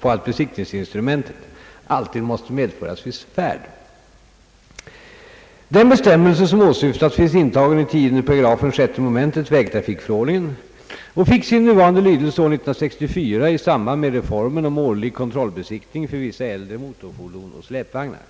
på att besiktningsinstrumentet alltid måste medföras vid färd. Den bestämmelse som åsyftas finns intagen i 10 8 6 mom. vägtrafikförordningen och fick sin nuvarande lydelse år 1964 i samband med reformen om årlig kontrollbesiktning för vissa äldre motorfordon och släpvagnar.